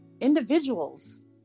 individuals